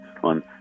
One